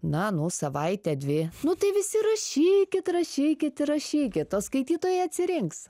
na nu savaitę dvi nu tai visi rašykit rašykit ir rašykit o skaitytojai atsirinks